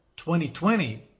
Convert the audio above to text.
2020